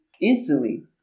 instantly